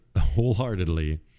wholeheartedly